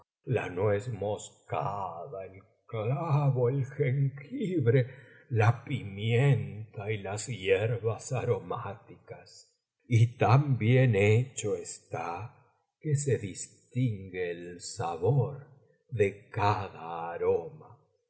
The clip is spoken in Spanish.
la nuez moscada el clavo el jengibre la pimienta y las hierbas aromáticas y tan bien hecho está que se distingue el sabor de cada aroma